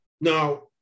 Now